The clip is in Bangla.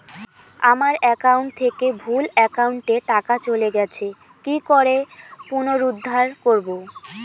আমার একাউন্ট থেকে ভুল একাউন্টে টাকা চলে গেছে কি করে পুনরুদ্ধার করবো?